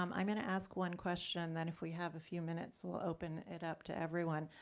um i'm gonna ask one question, then if we have a few minutes, we'll open it up to everyone.